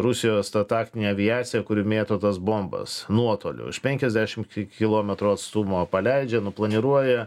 rusijos ta taktinė aviacija kuri mėto tas bombas nuotoliu iš penkiasdešim ki kilometrų atstumo paleidžiamų planiruoja